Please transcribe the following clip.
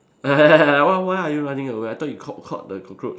ya ya ya why why are you running away I thought you caught caught the cockroach